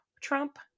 Trump